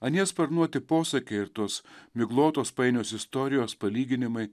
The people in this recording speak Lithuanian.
anie sparnuoti posakiai ir tos miglotos painios istorijos palyginimai